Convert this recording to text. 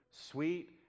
Sweet